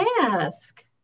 ask